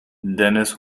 dennis